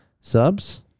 subs